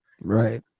Right